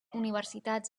universitats